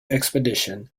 expedition